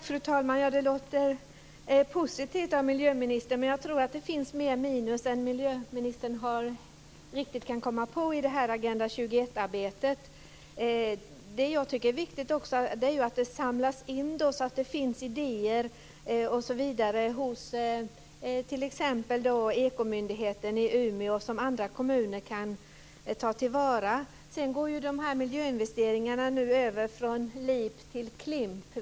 Fru talman! Det låter positivt från miljöministern, men jag tror att det finns fler minus än miljöministern kan komma på i Agenda 21-arbetet. Det jag tycker är viktigt är att det samlas in material, så att det finns idéer, osv., hos t.ex. ekomyndigheten i Umeå, som andra kommuner kan ta till vara. Miljöinvesteringarna går nu över från LIP till KLIMP.